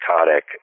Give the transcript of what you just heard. psychotic